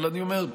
אבל אני אומר,